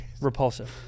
Repulsive